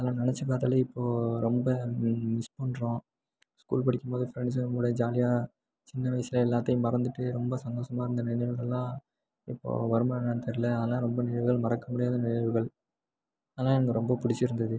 அதுலாம் நெனச்சு பார்த்தாலே இப்போது ரொம்ப மிஸ் பண்ணுறோம் ஸ்கூல் படிக்கும்போது ஃப்ரெண்ட்ஸ்ஸுங்க கூட ஜாலியாக சின்ன வயசில் எல்லாத்தையும் மறந்துட்டு ரொம்ப சந்தோஷமா இருந்த நினைவுகள்லாம் இப்போது வருமா என்னான்னு தெரிலை அதெலாம் ரொம்ப நினைவுகள் மறக்க முடியாத நினைவுகள் அதெலாம் எனக்கு ரொம்ப பிடிச்சிருந்துது